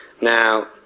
Now